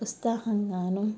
ఉత్సాహం గానూ